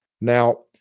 Now